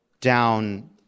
down